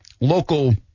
local